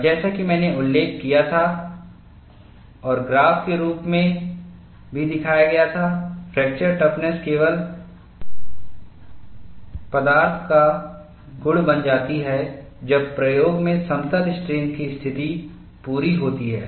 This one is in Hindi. और जैसा कि मैंने उल्लेख किया था और ग्राफ़ के रूप में भी दिखाया गया था फ्रैक्चर टफ़्नस केवल प्रदार्थ का गुणबन जाती है जब प्रयोग में समतल स्ट्रेन की स्थिति पूरी होती है